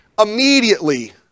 immediately